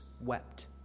wept